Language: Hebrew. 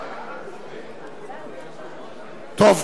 טוב,